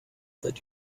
that